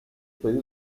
puede